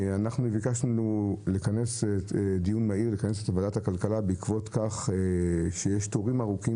ביקשנו לכנס את ועדת הכלכלה לדיון מהיר בעקבות כך שיש תורים ארוכים